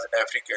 Africa